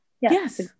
Yes